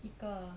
一个